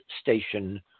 station